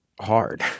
hard